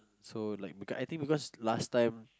so like beacause because I think because last time